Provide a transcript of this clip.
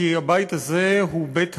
כי הבית הזה הוא בית העם.